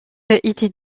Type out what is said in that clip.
était